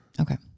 Okay